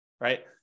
right